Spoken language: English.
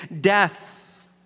death